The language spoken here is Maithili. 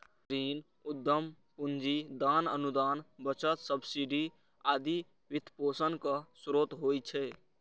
ऋण, उद्यम पूंजी, दान, अनुदान, बचत, सब्सिडी आदि वित्तपोषणक स्रोत होइ छै